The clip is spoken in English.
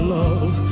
love